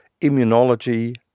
immunology